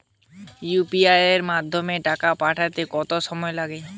UPI এর মাধ্যমে টাকা পাঠাতে কত সময় লাগে?